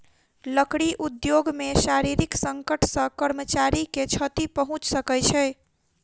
लकड़ी उद्योग मे शारीरिक संकट सॅ कर्मचारी के क्षति पहुंच सकै छै